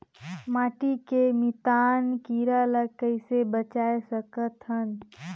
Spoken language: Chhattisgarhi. माटी के मितान कीरा ल कइसे बचाय सकत हन?